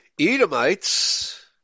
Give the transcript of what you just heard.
Edomites